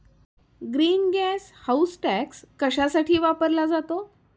Green gas house tax कशासाठी वापरला जातो?